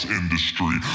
industry